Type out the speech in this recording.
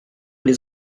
les